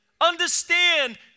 Understand